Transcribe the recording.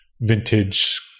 vintage